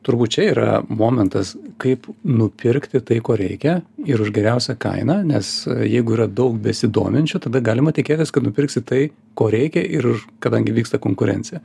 turbūt čia yra momentas kaip nupirkti tai ko reikia ir už geriausią kainą nes jeigu yra daug besidominčių tada galima tikėtis kad nupirksi tai ko reikia ir kadangi vyksta konkurencija